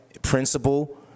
Principle